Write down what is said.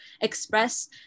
express